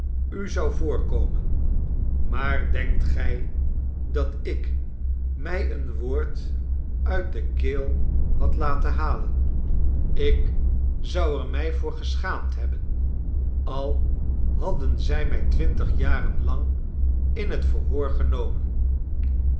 u zou voorkomen maar denkt gij dat ik mij een woord uit de keel had laten halen ik zou er mij voor geschaamd hebben al hadden zij mij twintig jaren lang in het verhoor genomen